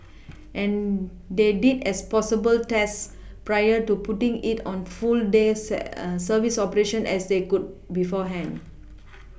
and they did as possible tests prior to putting it on full day say service operation as they could beforehand